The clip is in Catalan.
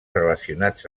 relacionats